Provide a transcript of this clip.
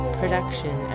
production